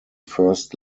first